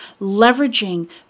leveraging